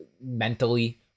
mentally